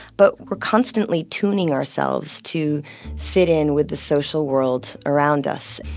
but we're constantly tuning ourselves to fit in with the social world around us,